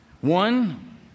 One